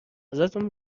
ازتون